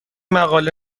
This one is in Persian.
مقاله